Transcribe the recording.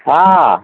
ହଁ